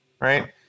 Right